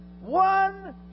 one